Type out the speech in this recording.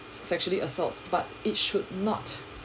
sexually assaults but it should not